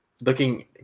looking